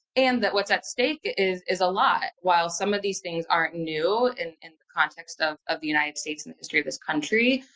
and that what's at stake is is a lot. while some of these things are new and in the context of, of the united states and the history of this country,